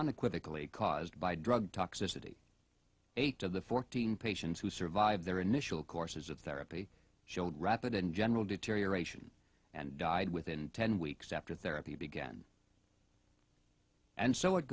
unequivocal a caused by drug toxicity eight of the fourteen patients who survived their initial courses of therapy showed rapid and general deterioration and died within ten weeks after therapy began and so it